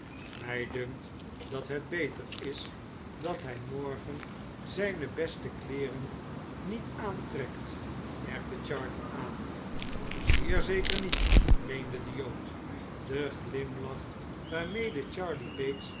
mij dunkt dat het beter is dat hij morgen zijne beste kleeren niet aantrekt merkte char ey aan zeer zeker niet meende de jood den glimlach waarmede charley bates